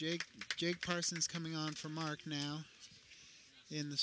jake carson is coming on for mark now in the